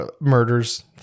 murders